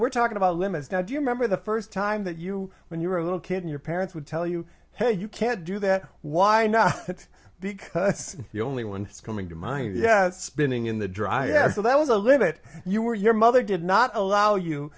we're talking about limits now do you remember the first time that you when you were a little kid your parents would tell you hey you can't do that why not that big that's the only one coming to mind yet spinning in the dryad so that was a limit you were your mother did not allow you